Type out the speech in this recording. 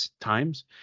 times